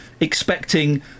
expecting